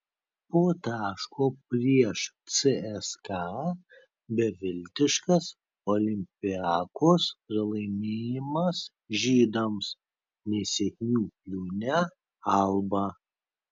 po taško prieš cska beviltiškas olympiakos pralaimėjimas žydams nesėkmių liūne alba